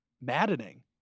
maddening